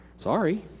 Sorry